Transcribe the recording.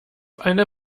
eine